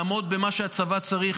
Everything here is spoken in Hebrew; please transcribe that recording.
לעמוד במה שהצבא צריך.